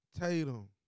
Tatum